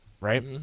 right